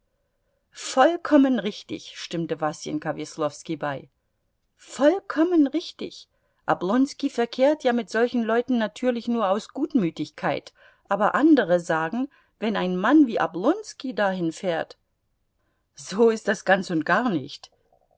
vollkommen richtig stimmte wasenka weslowski bei vollkommen richtig oblonski verkehrt ja mit solchen leuten natürlich nur aus gutmütigkeit aber andere sagen wenn ein mann wie oblonski dahin fährt so ist das ganz und gar nicht